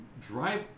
drive